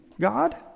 God